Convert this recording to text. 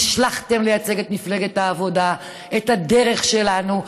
נשלחתם לייצג את מפלגת העבודה, את הדרך שלנו.